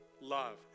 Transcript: Love